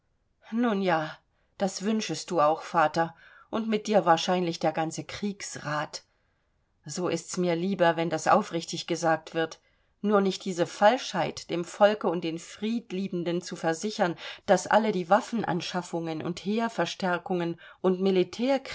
nun ja das wünschest du auch vater und mit dir wahrscheinlich der ganze kriegsrat so ist's mir lieber wenn das aufrichtig gesagt wird nur nicht diese falschheit dem volke und den friedliebenden zu versichern daß all die waffenanschaffungen und heerverstärkungen und